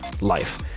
life